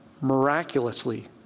miraculously